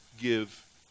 give